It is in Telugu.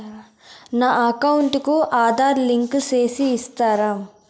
నా అకౌంట్ కు ఆధార్ లింకు సేసి ఇస్తారా?